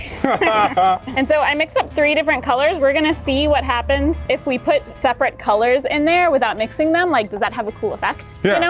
ah and so i mixed up three different colors we're gonna see what happens if we put separate colors in there without mixing them, like does that have a cool effect? evan yeah.